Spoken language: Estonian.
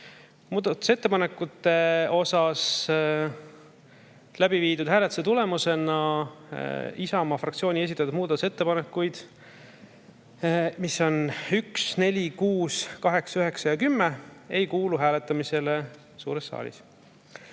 Muudatusettepanekute üle läbi viidud hääletuse tulemusena Isamaa fraktsiooni esitatud muudatusettepanekud, mis on ettepanekud nr 1, 4, 6, 8, 9 ja 10, ei kuulu hääletamisele suures saalis.